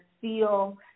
feel